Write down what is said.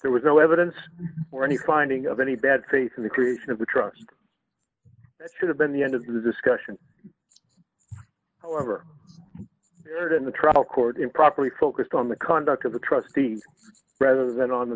there was no evidence for any finding of any bad faith in the creation of the trust that should have been the end of the discussion however in the trial court improperly focused on the conduct of the trustee rather than on the